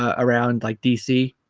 ah around like dc